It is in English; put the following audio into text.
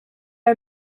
are